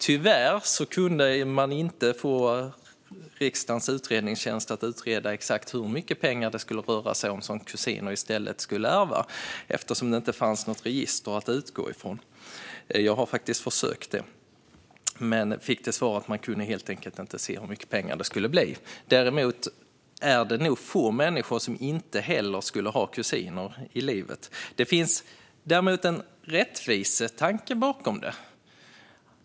Tyvärr kunde inte riksdagens utredningstjänst utreda exakt hur mycket pengar det skulle röra sig om som kusiner i stället skulle ärva, eftersom det inte fanns något register att utgå från. Jag har faktiskt försökt men har fått till svar att man helt enkelt inte kunde se hur mycket pengar det skulle bli. Däremot är det nog få människor som inte heller skulle ha kusiner i livet. Det finns en rättvisetanke bakom detta.